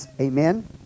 Amen